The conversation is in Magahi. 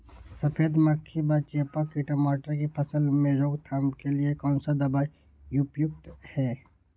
सफेद मक्खी व चेपा की टमाटर की फसल में रोकथाम के लिए कौन सा दवा उपयुक्त है?